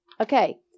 Okay